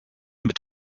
mit